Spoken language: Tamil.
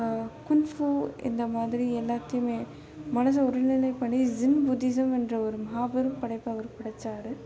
குங்ஃபூ இந்த மாதிரி எல்லாத்தையுமே மனதை ஒருநிலைப்படி ஜிங் புத்திசம் என்ற ஒரு மாபெரும் படைப்பை அவர் படைத்தாரு